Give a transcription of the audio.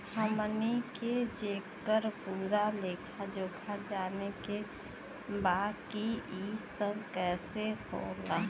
हमनी के जेकर पूरा लेखा जोखा जाने के बा की ई सब कैसे होला?